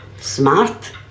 Smart